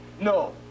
No